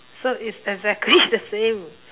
so it's exactly the same